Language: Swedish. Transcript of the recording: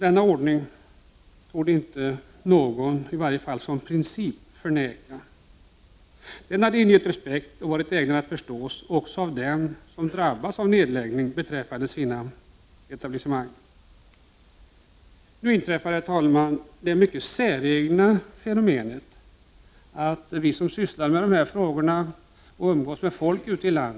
Det hade varit fördelaktigt om regeringen, efter en bred remissomgång, tagit initiativ till att åstadkomma en bredare politisk lösning än den som kommittén byggde sin majoritet på. Försvarsministern har förvisso gjort sig känd som en ordknapp man.